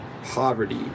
Poverty